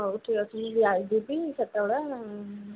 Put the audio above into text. ହଉ ଠିକ୍ ଅଛି ମୁଁ ଯାଇ ଯିବି ସେତେବେଳେ